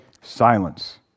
silence